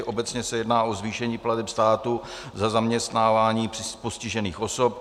Obecně se jedná o zvýšení plateb státu za zaměstnávání postižených osob.